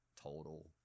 total